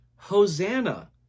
Hosanna